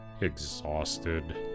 exhausted